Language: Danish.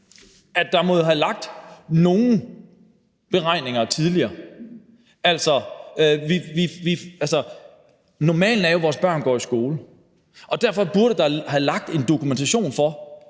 for der må jo have ligget nogle beregninger tidligere. Normalen er jo, at vores børn går i skole, og derfor burde der have været en dokumentation for,